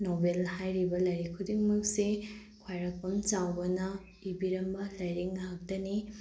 novel ꯍꯥꯏꯔꯤꯕ ꯂꯥꯏꯔꯤꯛ ꯈꯨꯗꯤꯡꯃꯛꯁꯤ ꯈ꯭ꯋꯥꯏꯔꯥꯛꯄꯝ ꯆꯥꯎꯕꯅ ꯏꯕꯤꯔꯝꯕ ꯂꯥꯏꯔꯤꯛ ꯉꯥꯛꯇꯅꯤ